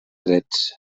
drets